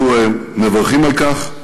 אנחנו מברכים על כך.